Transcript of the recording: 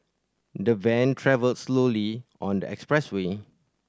the van travelled slowly on the expressway